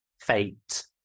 fate